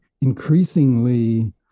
increasingly